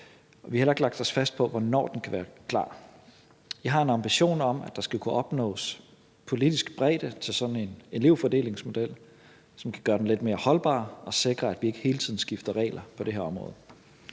vi har heller ikke lagt os fast på, hvornår den kan være klar. Jeg har en ambition om, at der skal kunne opnås politisk bredde til sådan en elevfordelingsmodel, som kan gøre den lidt mere holdbar og sikre, at vi ikke hele tiden skifter regler på det her område.